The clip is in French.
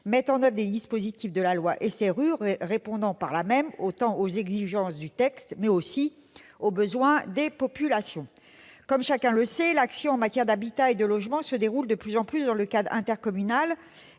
mettent en oeuvre les dispositifs de la loi SRU, répondant par là même autant aux exigences du texte qu'aux besoins des populations. Comme chacun le sait, l'action en matière d'habitat et de logement se déroule de plus en plus dans le cadre intercommunal